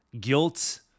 guilt